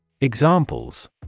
Examples